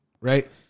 right